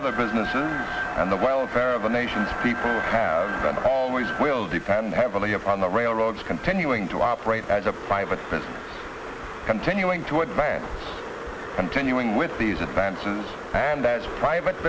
other businesses and the welfare of the nation's people have been always will depend heavily upon the railroads continuing to operate as a private continuing to advance continuing with these advances and as private